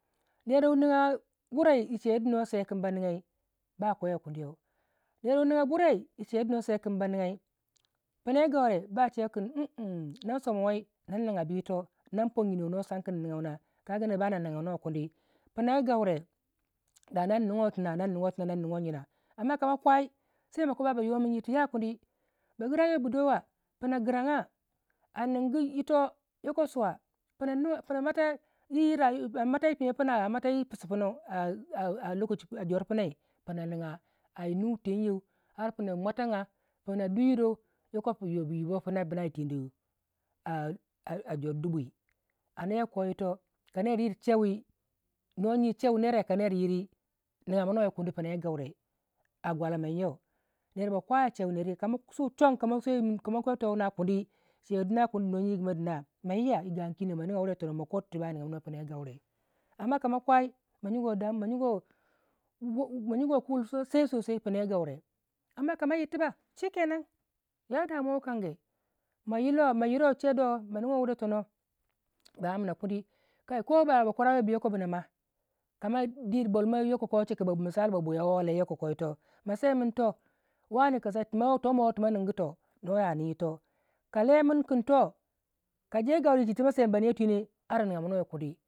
a daya ma nin wurai i chei dwino samnai din ba ba nigamina kuni ya ko pisu wuna pisuwu yoko wuna dabu ma sinsei kano sambu chei ne kai kano jyinbu chei ne ma sam bu kin niga jyina nijyina ne ma no ya kasamini amma kano samin yito kama pon che duno samnin dwii kuni kuni ya ku ma jyiguwai damuwa yaku mo jyiguwai wahala wukan ge a gagumo digin tu no sam na kin ma nigyai amma peni wunu wunu yokoko mii nkogu totu dayai kaner yimin samcei yokko chika ko yito ma niga wurei yi tono kama nig wurei yi tono nigaminuwei kuni pina yi gaure mo ma jyan dwimai ma majyigi damu majyigu yir tikin tu samunuwei tu ar ma pui ma niga towii makwai tibak kocha tumanin gu tibak makwe tibak a somma kuni kuni ma kwe tibak a som ma tibak ya pora ya chei dikangi yo jore dikin gi kama yiri chei tu samnai bama kweweipina yi gaure bama kwewai kuniyau pina yi gaure amman kama che min ya kuma yiro chei to no samnuwai ne mo kanacha tugagumo koi tima nigoi ma toh yaku nigyaminuwai kundi pina yi gaure pa amma kuma kama nindi wurei yi tona makwe niman wurei kundi kundi sosai sosai noyuwa bunan wa ba girayuwa bu nan wa pina bwa no yir pina no jyipina chei du jyai chedu no se kin ba nigai